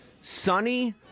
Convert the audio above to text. Sunny